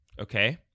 Okay